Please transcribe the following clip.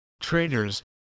traders